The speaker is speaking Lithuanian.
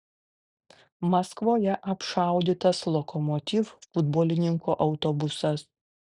maskvoje apšaudytas lokomotiv futbolininkų autobusas